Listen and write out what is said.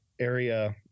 area